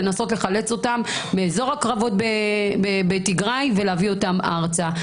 לנסות לחלץ אותם מאזור הקרבות בתיגראי ולהביא אותם ארצה,